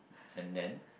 and then